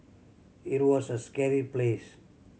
it was a scary place